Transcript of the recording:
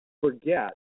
Forget